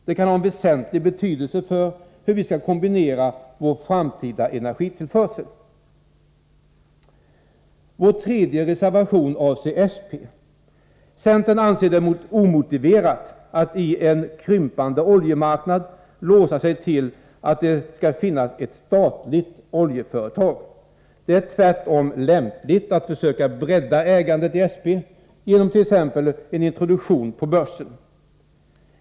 Det kan ha en väsentlig betydelse för hur vi skall kombinera vår framtida energitillförsel. Vår tredje reservation avser SP. Centern anser det omotiverat att i en krympande oljemarknad låsa sig till att det skall finnas ett statligt oljeföretag. Det är tvärtom lämpligt att försöka bredda ägandet i SP, genom t.ex. en introduktion på börsen.